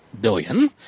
billion